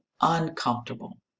uncomfortable